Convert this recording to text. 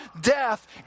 death